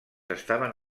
estaven